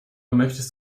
möchtest